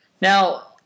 Now